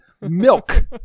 milk